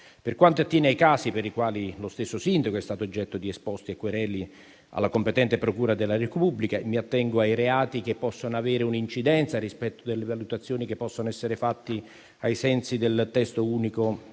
Per quanto attiene ai casi per i quali lo stesso sindaco è stato oggetto di esposti e querele alla competente procura della Repubblica, mi attengo ai reati che possono avere un'incidenza rispetto alle valutazioni che possono essere fatte ai sensi del testo unico